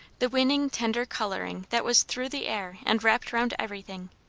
the winning tender colouring that was through the air and wrapped round everything,